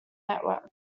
network